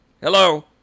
Hello